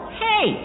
hey